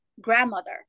grandmother